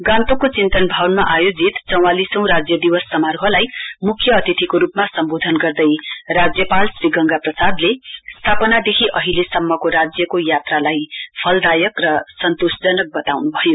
गान्तोक चिन्तन भवनमा आयोजित चौंवालिसौं राज्य दिवस समारोहलाई मुख्य अतिथिको रुपमा सम्बोधन गर्दै राज्यपाल श्री गंगा प्रसादले स्थापनादेखि अहिलेसम्माको राज्यको यात्रालाई फलदायक र सन्तोषजनक बताउनुभयो